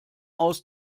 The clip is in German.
aus